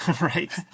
right